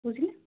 বুঝলেন